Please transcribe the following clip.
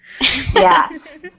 Yes